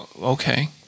okay